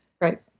Right